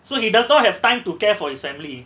so he does not have time to care for his family